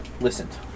Listened